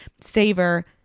Savor